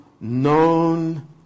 known